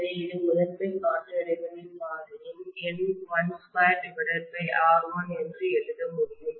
எனவே இதை முதன்மை காற்று இடைவெளி பாதையின்N12R1 என்று எழுத முடியும்